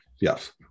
Yes